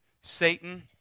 Satan